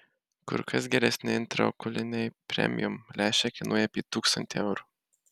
kur kas geresni intraokuliniai premium lęšiai kainuoja apie tūkstantį eurų